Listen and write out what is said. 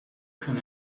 can